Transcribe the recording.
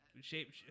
shape